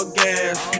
gas